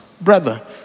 brother